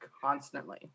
constantly